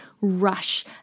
rush